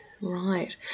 right